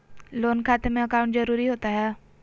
Loan खाते में account जरूरी होता है?